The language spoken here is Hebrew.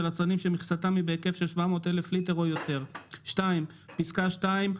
יצרנים שמכסתם היא בהיקף של 700 אלף ליטר או יותר"; (2)בפסקה (2),